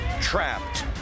trapped